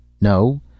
No